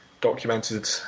documented